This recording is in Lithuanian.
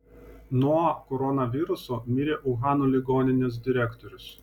nuo koronaviruso mirė uhano ligoninės direktorius